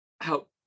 help